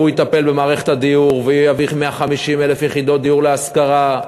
שהוא יטפל במערכת הדיור ויביא 150,000 יחידות דיור להשכרה,